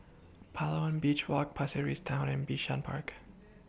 Palawan Beach Walk Pasir Ris Town and Bishan Park